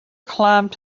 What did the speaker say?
climbed